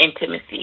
intimacy